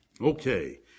okay